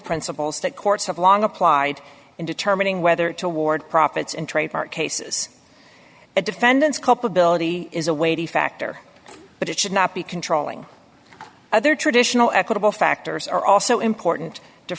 principles that courts have long applied in determining whether toward profits and trademark cases the defendants culpability is a weighty factor but it should not be controlling other traditional equitable factors are also important to